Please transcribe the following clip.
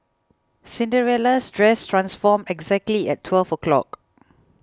Cinderella's dress transformed exactly at twelve o'clock